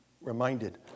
reminded